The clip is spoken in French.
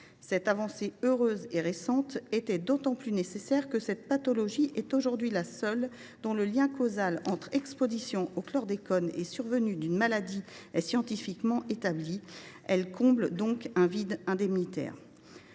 Cette avancée, heureuse et récente, était d’autant plus nécessaire que cette pathologie est aujourd’hui la seule dont le lien causal avec l’exposition au chlordécone est scientifiquement établi, comblant ainsi un vide indemnitaire.